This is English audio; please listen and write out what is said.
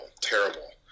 terrible